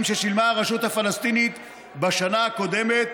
ששילמה הרשות הפלסטינית בשנה הקודמת,